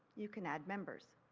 you can add members.